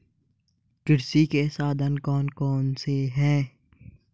कृषि के साधन कौन कौन से हैं?